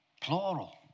Plural